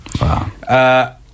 wow